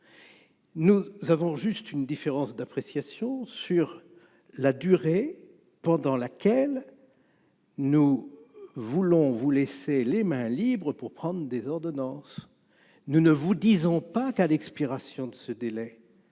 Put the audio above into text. Nous avons juste une différence d'appréciation avec vous sur la durée pendant laquelle nous vous laissons les mains libres pour prendre des ordonnances. Nous ne vous disons pas que, à l'expiration de ce délai